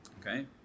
Okay